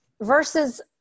versus